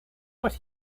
what